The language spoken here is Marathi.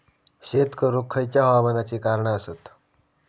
शेत करुक खयच्या हवामानाची कारणा आसत?